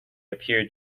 appeared